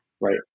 Right